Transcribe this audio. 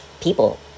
people